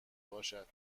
باشد